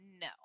no